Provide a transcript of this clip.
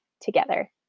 together